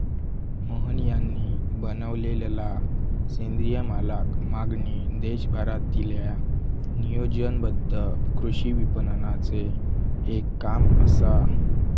मोहन यांनी बनवलेलला सेंद्रिय मालाक मागणी देशभरातील्या नियोजनबद्ध कृषी विपणनाचे एक काम असा